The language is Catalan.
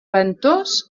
ventós